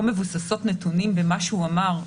לא מבוססות נתונים במה שהוא אמר,